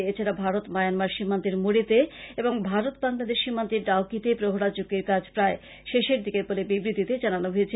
এছাড়া ভারত মায়ানমার সীমান্তের মোরেতে এবং ভারত বাংলাদেশ সীমান্তের ডাউকীতে প্রহরা চৌকীর কাজ প্রায় শেষের দিকে বলে বিবৃতি জানানো হয়েছে